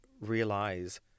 realize